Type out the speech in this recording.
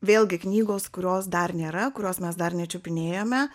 vėlgi knygos kurios dar nėra kurios mes dar nečiupinėjome